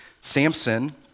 Samson